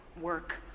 work